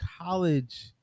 college